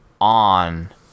on